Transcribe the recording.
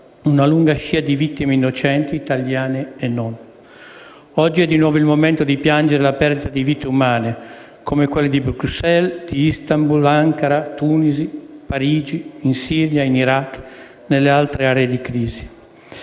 una lunga scia di vittime innocenti, italiane e non. Oggi è di nuovo il momento di piangere la perdita di vite umane, come quelle di Bruxelles, Istanbul, Ankara, Tunisi, Parigi, in Siria e in Iraq e nelle altre aree di crisi.